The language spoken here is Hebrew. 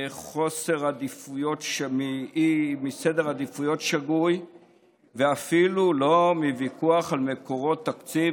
מסדר עדיפויות שגוי ואפילו לא מוויכוח על מקורות תקציב,